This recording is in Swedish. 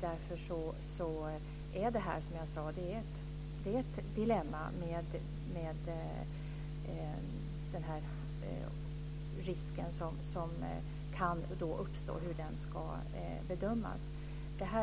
Därför är frågan om hur den risk som kan uppstå ska bedömas som jag sade ett dilemma.